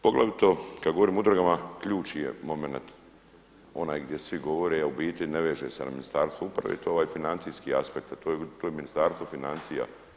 Poglavito kad govorim o udrugama ključni je momenat onaj gdje svi govore, a u biti ne veže se na Ministarstvo uprave, a to je ovaj financijski aspekt a to je Ministarstvo financija.